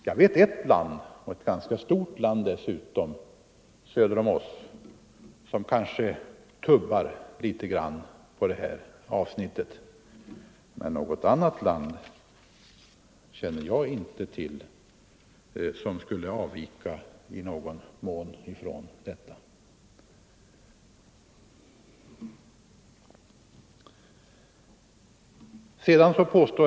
Jag vet eft land — och ett ganska stort land dessutom, söder om oss —- som kanske tubbar litet på det här avsnittet, men något annat land som i någon mån skulle avvika från dessa regler känner jag inte till.